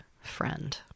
friend